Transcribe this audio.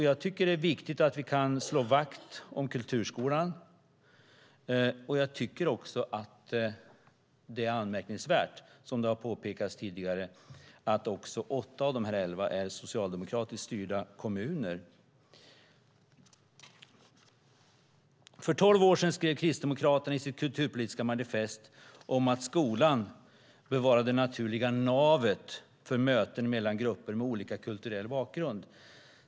Jag tycker att det är viktigt att vi kan slå vakt om kulturskolan, och jag tycker också att det är anmärkningsvärt som det har påpekats tidigare, att åtta av de här elva är socialdemokratiskt styrda kommuner. För tolv år sedan skrev Kristdemokraterna i sitt kulturpolitiska manifest att skolan bör vara det naturliga navet för möten mellan grupper med olika kulturell bakgrund.